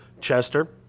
Chester